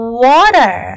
water